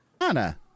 Anna